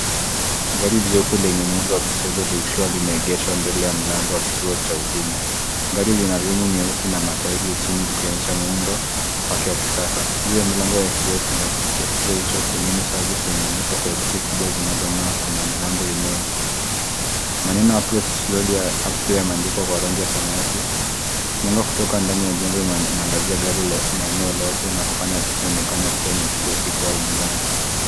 Gari jeupe lenye muundo wa Pajero likiwa limeegeshwa mbele ya mlango wa kituo cha huduma. Gari lina rimu nyeusi na mataeri jini likionyesha muundo wake wa kisasa. Juu ya mlango wa kioo ya kituo hicho service imeandikwa kwa herufi kubwa zinazo ngaa kwenye mlango enyewe . Maneno ya approache slowly auto-door imeandikwa kwa rangi ya samawati. Mwanga kutoka ndani ya jengo inaangazia gari na eneo lote na kufanya njee kuwa usiku au gizani.